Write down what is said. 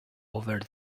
over